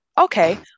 Okay